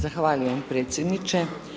Zahvaljujem predsjedniče.